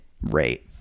rate